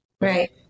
right